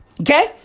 okay